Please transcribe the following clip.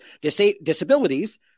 disabilities